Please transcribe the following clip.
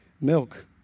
milk